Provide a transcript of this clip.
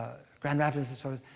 grand rapids, and sort of